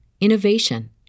innovation